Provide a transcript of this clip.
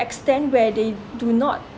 extend where they do not